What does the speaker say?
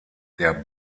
der